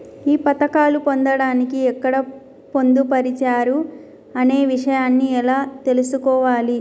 ఈ పథకాలు పొందడానికి ఎక్కడ పొందుపరిచారు అనే విషయాన్ని ఎలా తెలుసుకోవాలి?